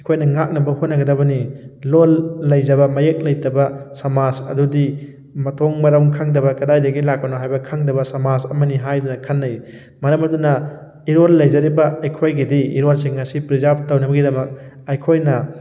ꯑꯩꯈꯣꯏꯅ ꯉꯥꯛꯅꯕ ꯍꯣꯠꯅꯒꯗꯕꯅꯤ ꯂꯣꯟ ꯂꯩꯖꯕ ꯃꯌꯦꯛ ꯂꯩꯇꯕ ꯁꯃꯥꯖ ꯑꯗꯨꯗꯤ ꯃꯊꯣꯡ ꯃꯔꯝ ꯈꯪꯗꯕ ꯀꯗꯥꯏꯗꯒꯤ ꯂꯥꯛꯄꯅꯣ ꯍꯥꯏꯕ ꯈꯣꯗꯕ ꯁꯃꯥꯖ ꯑꯃꯅꯤ ꯍꯥꯏꯗꯨꯅ ꯈꯟꯅꯩ ꯃꯔꯝ ꯑꯗꯨꯅ ꯏꯔꯣꯟ ꯂꯩꯖꯔꯤꯕ ꯑꯩꯈꯣꯏꯒꯤꯗꯤ ꯏꯔꯣꯟꯁꯤꯡ ꯑꯁꯤ ꯄ꯭ꯔꯤꯖꯥꯕ ꯇꯧꯅꯕꯒꯤꯗꯃꯛ ꯑꯩꯈꯣꯏꯅ